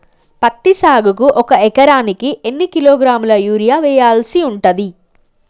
పత్తి సాగుకు ఒక ఎకరానికి ఎన్ని కిలోగ్రాముల యూరియా వెయ్యాల్సి ఉంటది?